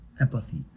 Empathy